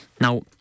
now